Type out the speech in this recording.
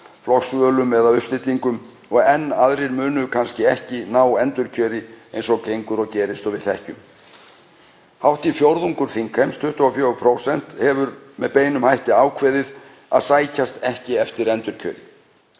flokksvölum eða uppstillingum og enn aðrir munu kannski ekki ná endurkjöri eins og gengur og gerist og við þekkjum. Rúmur fimmtungur þingheims, 22%, hefur með beinum hætti ákveðið að sækjast ekki eftir endurkjöri.